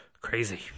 crazy